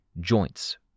joints